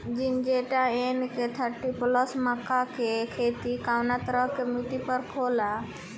Syngenta NK thirty plus मक्का के के खेती कवना तरह के मिट्टी पर होला?